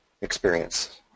experience